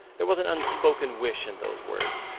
there was an unspoken wish in those words,